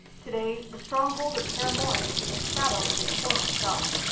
today the stronghold of kaer morhen is a shadow of its former self,